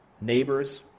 neighbors